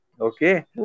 Okay